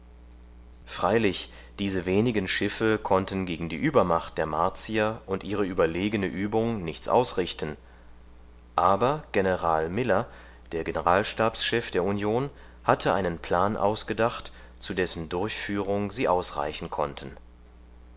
freilich diese wenigen schiffe konnten gegen die übermacht der martier und ihre überlegene übung nichts ausrichten aber general miller der generalstabschef der union hatte einen plan ausgedacht zu dessen durchführung sie ausreichen konnten